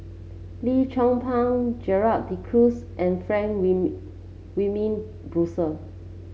Lim Chong Pang Gerald De Cruz and Frank Wilmin Brewer